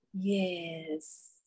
Yes